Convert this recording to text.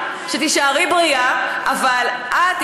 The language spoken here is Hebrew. אבל את,